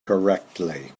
correctly